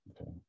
Okay